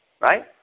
right